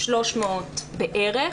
300 בערך,